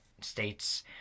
states